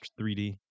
3D